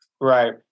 Right